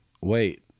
wait